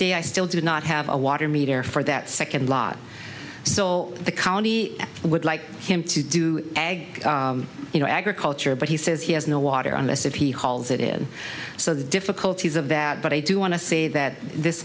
day i still do not have a water meter for that second lot so the county would like him to do eg you know agriculture but he says he has no water unless it he hauls it in so the difficulties of that but i do want to say that this